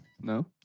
No